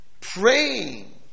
Praying